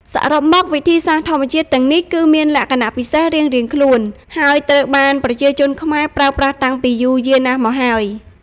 សរុបមក វិធីសាស្ត្រធម្មជាតិទាំងនេះគឺមានលក្ខណៈពិសេសរៀងៗខ្លួន ហើយត្រូវបានប្រជាជនខ្មែរប្រើប្រាស់តាំងពីយូរយារណាស់មកហើយ។